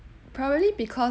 probably because